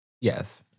Yes